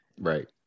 right